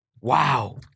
Wow